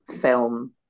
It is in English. film